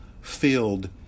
filled